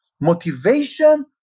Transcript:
motivation